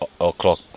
o'clock